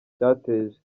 byateje